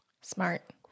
Smart